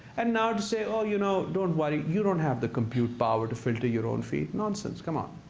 and now to say, oh, you know, don't worry, you don't have the compute power to filter your own feed, nonsense. come on.